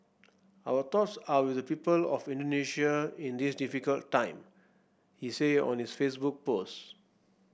our thoughts are with the people of Indonesia in this difficult time he said on his Facebook post